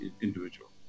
individual